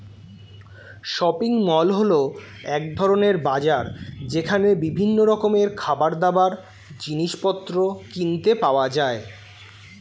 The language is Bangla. শপিং মল হল এক ধরণের বাজার যেখানে বিভিন্ন রকমের খাবারদাবার, জিনিসপত্র কিনতে পাওয়া যায়